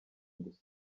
gusa